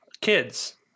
kids